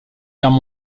guerre